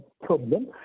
problem